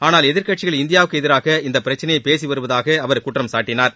ஆனால் எதிர்கட்சிகள் இந்தியாவுக்கு எதிராக இந்த பிரச்சனையை பேசி வருவதாக அவர் குற்றம் சாட்டினார்